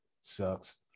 Sucks